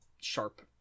sharp